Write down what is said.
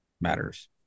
matters